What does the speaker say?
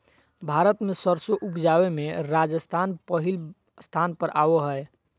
भारत मे सरसों उपजावे मे राजस्थान पहिल स्थान पर आवो हय